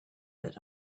that